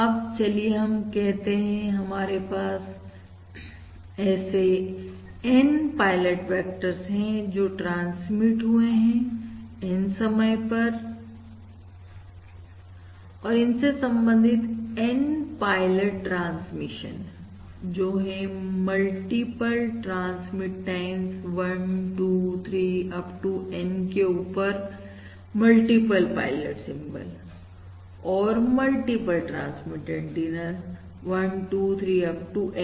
अब चलिए हम कहते हैं कि हमारे पास ऐसे N पायलट वेक्टर्स है जो ट्रांसमिट हुए हैं N समय से संबंधित N पायलट ट्रांसमिशन जो है multiple transmit times 1 2 3 up to N के ऊपर मल्टीपल पायलट सिंबल और multiple transmit antenna 1 2 3 up to N